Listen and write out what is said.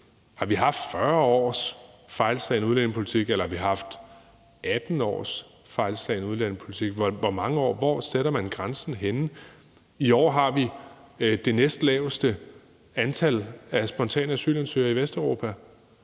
Har vi haft 40 års fejlslagen udlændingepolitik? Eller har vi haft 18 års fejlslagen udlændingepolitik? Hvor sætter man grænsen henne? I år har vi det næstlaveste antal af spontane asylansøgere i Vesteuropa.